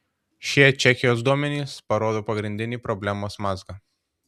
šie čekijos duomenys parodo pagrindinį problemos mazgą